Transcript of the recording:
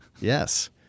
Yes